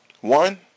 One